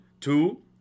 two